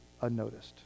unnoticed